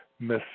miss